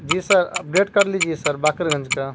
جی sir update کر لیجیے sir Bakarganj کا